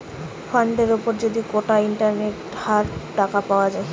ফান্ডের উপর যদি কোটা ইন্টারেস্টের হার টাকা পাওয়া যায়